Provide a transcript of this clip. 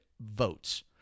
votes